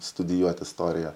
studijuot istoriją